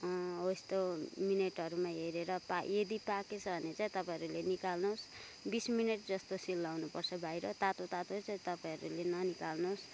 हो यस्तो मिनटहरूमा हेरेर यदि पाकेछ भने चाहिँ तपाईँहरूले निकाल्नुहोस् बिस मिनट जस्तो सेलाउनु पर्छ बाहिर तातो तातो चाहिँ तपाईँहरूले ननिकाल्नुहोस्